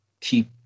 keep